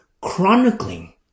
chronicling